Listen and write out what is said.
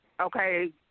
okay